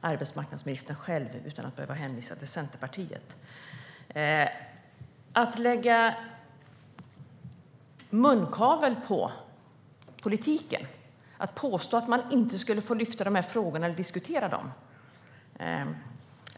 arbetsmarknadsministern själv utan att hon behöver hänvisa till Centerpartiet. Vill ni lägga munkavle på politiken, så att man inte skulle få lyfta de här frågorna eller diskutera dem?